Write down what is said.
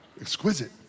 exquisite